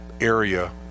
area